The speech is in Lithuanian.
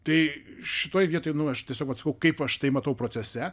tai šitoj vietoj nu aš tiesiog vat sakau kaip aš tai matau procese